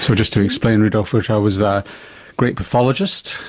so just to explain, rudolph virchow was a great pathologist,